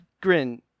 Grin